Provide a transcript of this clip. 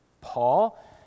Paul